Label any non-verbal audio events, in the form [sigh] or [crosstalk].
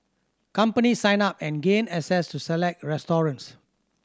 companies sign up and gain access to select [unintelligible]